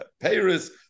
Paris